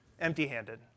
empty-handed